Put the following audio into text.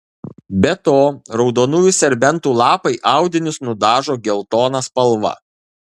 be to raudonųjų serbentų lapai audinius nudažo geltona spalva